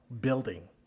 building